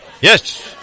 Yes